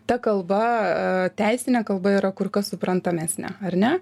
ta kalba teisinė kalba yra kur kas suprantamesnė ar ne